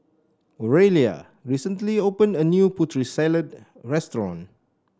Oralia recently opened a new Putri Salad restaurant